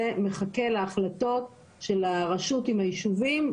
זה מחכה להחלטות של הרשות עם הישובים,